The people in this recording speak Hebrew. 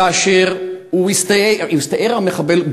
כאשר הוא הסתער על מחבל,